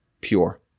pure